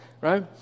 right